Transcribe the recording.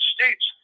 States